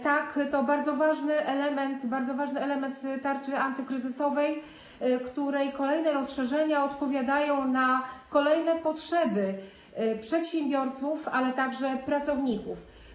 Tak, to bardzo ważny element tarczy antykryzysowej, której kolejne rozszerzenia odpowiadają na kolejne potrzeby przedsiębiorców, ale także pracowników.